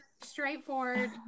straightforward